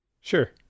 Sure